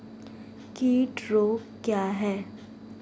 कीट रोग क्या है?